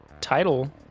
title